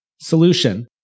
Solution